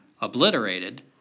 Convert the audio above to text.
obliterated